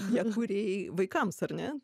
ją kūrei vaikams ar ne